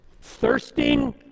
Thirsting